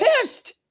pissed